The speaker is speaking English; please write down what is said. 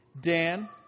Dan